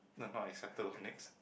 no not acceptable next